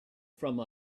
from